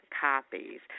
copies